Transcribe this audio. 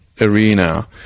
arena